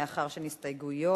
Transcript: מאחר שאין הסתייגויות,